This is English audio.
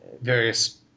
various